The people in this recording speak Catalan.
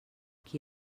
qui